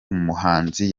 umuhanzi